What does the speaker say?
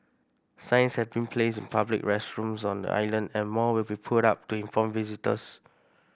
signs have been placed in public restrooms on the island and more will be put up to inform visitors